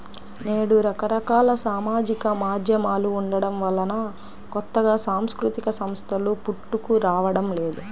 నేడు రకరకాల సామాజిక మాధ్యమాలు ఉండటం వలన కొత్తగా సాంస్కృతిక సంస్థలు పుట్టుకురావడం లేదు